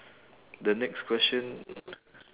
the next question